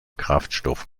kraftstoff